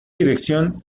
dirección